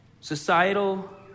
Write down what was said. Societal